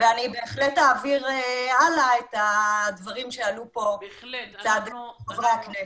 ואני בהחלט אעביר הלאה את הדברים שעלו פה מצד חברי הכנסת.